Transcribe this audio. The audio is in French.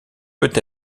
peut